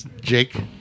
Jake